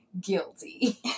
guilty